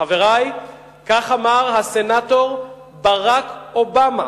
חברי, כך אמר הסנטור ברק אובמה